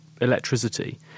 electricity